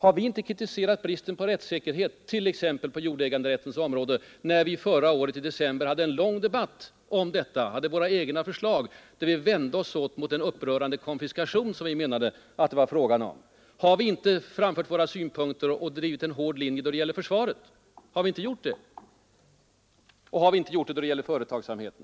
Har vi inte kritiserat bristen på rättssäkerhet t.ex. på jordäganderättens område, där vi förra året i december hade en lång debatt? Vi hade våra egna förslag, i vilka vi vände oss mot den upprörande konfiskation som vi menade att det var fråga om. Har vi inte framfört våra synpunkter och drivit en hård linje då det gäller försvaret? Har vi inte gjort det också när det gäller företagsamheten?